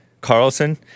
Carlson